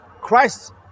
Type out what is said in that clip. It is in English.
Christ